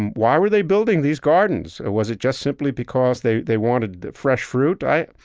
and why were they building these gardens? was it just simply because they, they wanted fresh fruit? i,